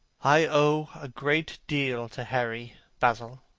i owe a great deal to harry, basil,